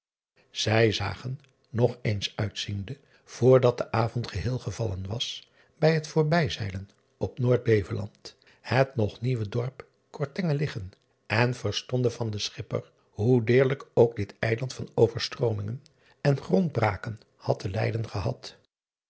ij zagen nog eens uitziende voor dat de avond geheel gevallen was bij het voorbijzeilen op oordbeveland het nog nieuwe dorp ortgene liggen en verstonden van den chipper hoe deerlijk ook dit eiland van overstroomingen en grondbraken had te lijden gehad